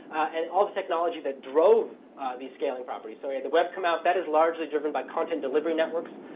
and all the technology that drove these scaling property so yeah the web come out. that is largely driven by content delivery networks,